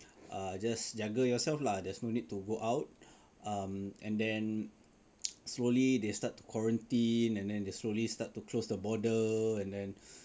err just jaga yourself lah there's no need to go out um and then slowly they start to quarantine and then slowly start to close the border and then